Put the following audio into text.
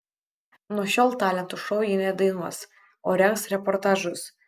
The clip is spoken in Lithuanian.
nuo šiol talentų šou ji nedainuos o rengs reportažus